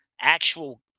actual